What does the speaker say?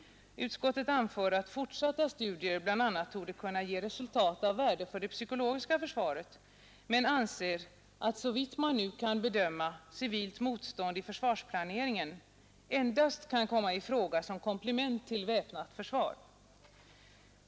Utskottet anför att fortsatta studier bl.a. torde kunna ge resultat av värde för det psykologiska försvaret men anser att såvitt man nu kan bedöma civilt motstånd i försvarsplaneringen endast kan komma i fråga som komplement till väpnat försvar.